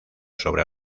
sobre